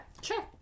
sure